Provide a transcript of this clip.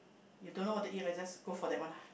you don't know what to eat then just go for that one lah